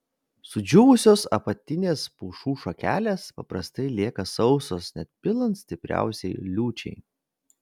sudžiūvusios apatinės pušų šakelės paprastai lieka sausos net pilant stipriausiai liūčiai